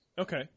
Okay